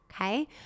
okay